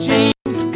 James